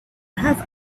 have